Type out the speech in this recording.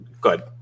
good